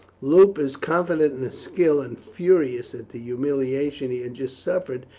lupus, confident in his skill, and furious at the humiliation he had just suffered,